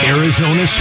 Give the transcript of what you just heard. Arizona